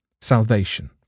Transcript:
salvation